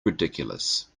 ridiculous